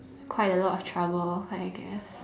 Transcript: quite a lot of trouble I guess